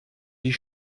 die